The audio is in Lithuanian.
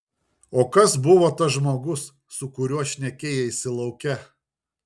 o kas buvo tas žmogus su kuriuo šnekėjaisi lauke